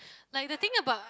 like the thing about